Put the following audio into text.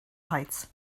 heights